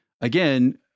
again